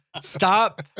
Stop